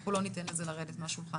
ואנחנו לא ניתן לזה לרדת מהשולחן.